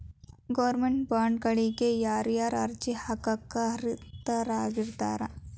Government ಬಾಂಡ್ಗಳಿಗ ಯಾರ್ಯಾರ ಅರ್ಜಿ ಹಾಕಾಕ ಅರ್ಹರಿರ್ತಾರ?